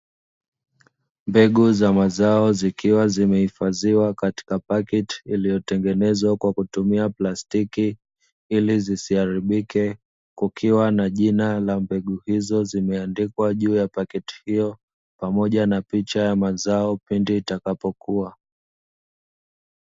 Mbegu za mazao zikiwa zimeifadhiwa katika paketi iliyotengenezwa kwa kutumia plastiki ilizisiaribike kukiwa na jina la mbegu hizo zimeandikwa juu ya paketi hiyo pamoja na picha ya mazao pindi itakapokuwa.